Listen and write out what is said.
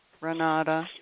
Renata